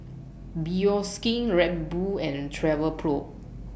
Bioskin Red Bull and Travelpro